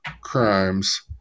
crimes